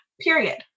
Period